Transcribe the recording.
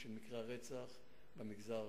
של מקרי הרצח במגזר הערבי,